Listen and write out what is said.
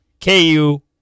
KU